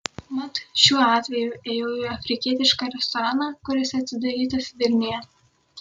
mat šiuo atveju ėjau į afrikietišką restoraną kuris atidarytas vilniuje